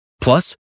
Plus